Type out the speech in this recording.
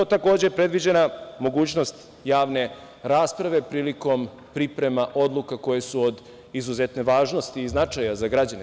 Takođe je predviđena mogućnost javne rasprave prilikom priprema odluka koje su od izuzetne važnosti i značaja za građane.